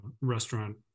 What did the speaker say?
restaurant